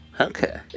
Okay